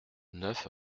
neuf